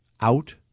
out